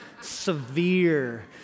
severe